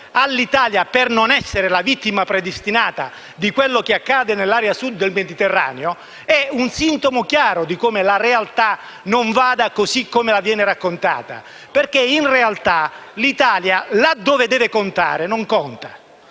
all'Italia di non essere vittima predestinata di quello che accade nell'area Sud del Mediterraneo è un sintomo chiaro di come la realtà non sia quella che viene raccontata. Infatti, in realtà l'Italia, laddove deve contare, non conta;